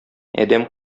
адәм